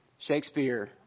Shakespeare